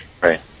Right